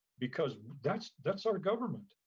because that's that's our government.